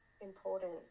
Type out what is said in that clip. important